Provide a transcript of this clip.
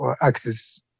access